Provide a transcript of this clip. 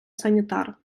санітар